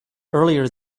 earlier